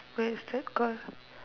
where's that card